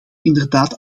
inderdaad